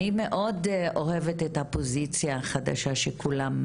אני מאד אוהבת את הפוזיציה החדשה שכולם